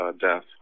death